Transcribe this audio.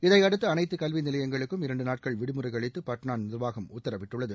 இதையடுத்து அனைத்து கல்வி நிலையங்களுக்கும் இரண்டு நாட்கள் விடுமுறை அளித்து பட்னா நிர்வாகம் உத்தரவிட்டுள்ளது